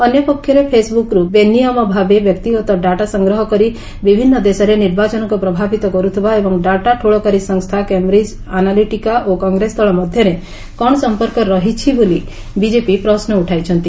ଅନ୍ୟପକ୍ଷରେ ଫେସ୍ବୁକ୍ରୁ ବିନିୟମ ଭାବେ ବ୍ୟକ୍ତିଗତ ଡାଟା ସଂଗ୍ରହ କରି ବିଭିନ୍ନ ଦେଶରେ ନିର୍ବାଚନକୁ ପ୍ରଭାବିତ କରୁଥିବା ଏବଂ ଡାଟା ଠୁଳକାରୀ ସଂସ୍ଥା କେମ୍ବ୍ରିଜ୍ ଆନାଲିଟିକା ଓ କଂଗ୍ରେସ୍ ଦଳ ମଧ୍ୟରେ କ'ଣ ସମ୍ପର୍କ ରହିଛି ବୋଲି ବିଜେପି ପ୍ରଶ୍ନ ଉଠାଇଛନ୍ତି